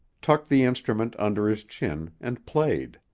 tucked the instrument under his chin and played.